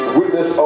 witness